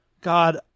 God